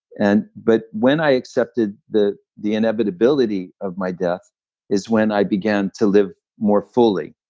and but when i accepted the the inevitability of my death is when i began to live more fully.